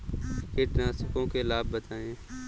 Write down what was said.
कीटनाशकों के लाभ बताएँ?